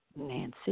Nancy